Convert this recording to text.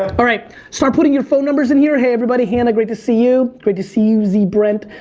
alright start putting your phone numbers in here. hey everybody, hannah great to see you. great to see you z brent,